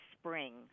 spring